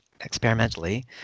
experimentally